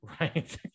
right